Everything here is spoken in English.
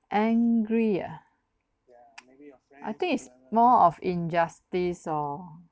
angry ah I think it's more of injustice or